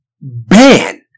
ban